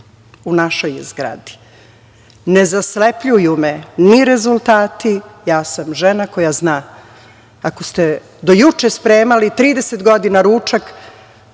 U našoj je zgradi. Ne zaslepljuju me ni rezultati, ja sam žena koja zna, ako ste do juče spremali 30 godina ručak,